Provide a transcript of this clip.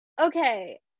okay